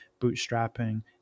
bootstrapping